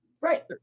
Right